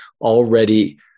already